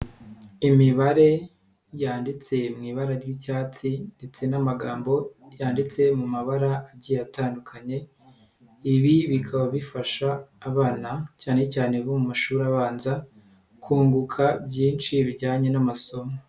Imibare yanditse mu'i ibara ry'icyatsi ndetse n'amagambo yanditse mu mabara agiye atandukanye, ibi bikaba bifasha abana cyane cyane bo mu mashuri abanza, kunguka byinshi bijyanye n'amasomo.